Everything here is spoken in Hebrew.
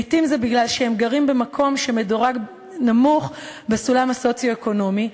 לעתים זה מפני שהם גרים במקום שמדורג נמוך בסולם הסוציו-אקונומי,